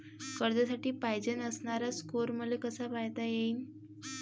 कर्जासाठी पायजेन असणारा स्कोर मले कसा पायता येईन?